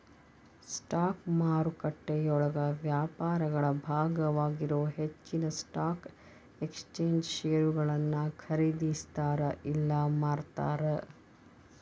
stock ಮಾರುಕಟ್ಟೆಯೊಳಗ ವ್ಯಾಪಾರಿಗಳ ಭಾಗವಾಗಿರೊ ಹೆಚ್ಚಿನ್ ಸ್ಟಾಕ್ ಎಕ್ಸ್ಚೇಂಜ್ ಷೇರುಗಳನ್ನ ಖರೇದಿಸ್ತಾರ ಇಲ್ಲಾ ಮಾರ್ತಾರ